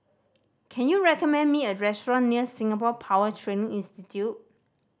can you recommend me a restaurant near Singapore Power Training Institute